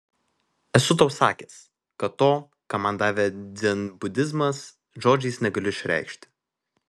esu tau sakęs kad to ką man davė dzenbudizmas žodžiais negaliu išreikšti